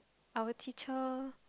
our teacher